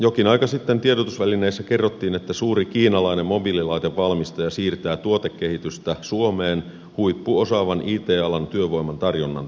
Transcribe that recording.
jokin aika sitten tiedotusvälineissä kerrottiin että suuri kiinalainen mobiililaitevalmistaja siirtää tuotekehitystä suomeen huippuosaavan it alan työvoiman tarjonnan takia